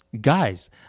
Guys